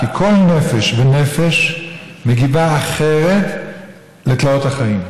כי כל נפש ונפש מגיבה אחרת לתלאות החיים.